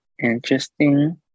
interesting